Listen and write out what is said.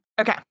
Okay